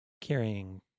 carrying